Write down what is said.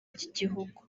by’igihugu